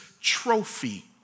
trophy